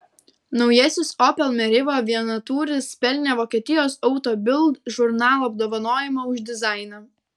naujasis opel meriva vienatūris pelnė vokietijos auto bild žurnalo apdovanojimą už dizainą